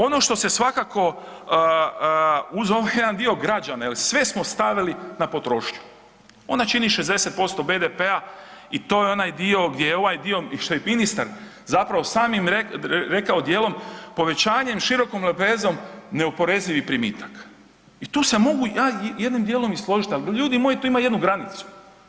Ono što se svakako, uz jedan dio građana jer sve smo stavili na potrošnju ona čini 60% BDP-a i to je onaj dio gdje je ovaj dio i što je ministar zapravo samim rekao dijelom povećanjem, širokom lepezom neoporezivih primitaka i tu se mogu ja i jednim dijelom i složiti ali ljudi moji to ima jednu granicu.